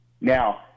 Now